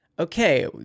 okay